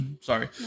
Sorry